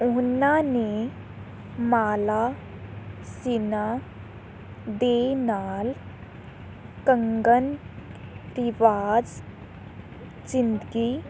ਉਨ੍ਹਾਂ ਨੇ ਮਾਲਾ ਸਿਨਹਾ ਦੇ ਨਾਲ ਕੰਗਨ ਰਿਵਾਜ਼ ਜ਼ਿੰਦਗੀ